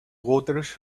waters